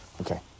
Okay